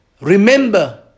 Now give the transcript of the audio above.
Remember